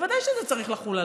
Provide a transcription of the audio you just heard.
בוודאי שזה צריך לחול עליו.